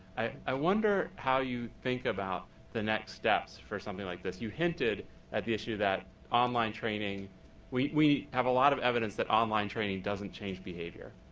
i wonder how you think about the next steps for something like this? you hinted at the issue that online training we we have a lot of evidence that online training doesn't change behavior.